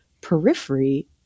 periphery